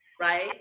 right